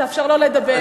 תאפשר לו לדבר.